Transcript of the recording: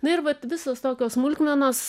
na ir vat visos tokios smulkmenos